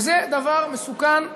וזה דבר מסוכן ששוב,